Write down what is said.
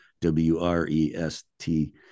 w-r-e-s-t